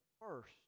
first